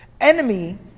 enemy